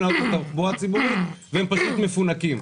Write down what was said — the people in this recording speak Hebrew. לעלות על תחבורה ציבורית והם פשוט מפונקים.